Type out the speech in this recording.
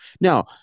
now